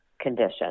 conditions